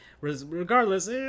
regardless –